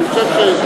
אני חושב,